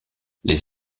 les